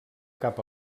cap